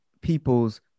people's